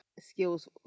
skills